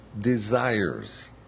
desires